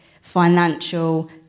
financial